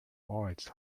arts